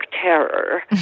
terror